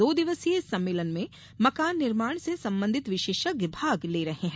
दो दिवसीय इस सम्मेलन में मकान निर्माण से संबंधित विशेषज्ञ भाग ले रहे हैं